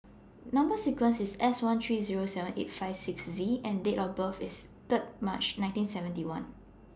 Number sequence IS S one three Zero seven eight five six Z and Date of birth IS Third March nineteen seventy one